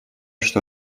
что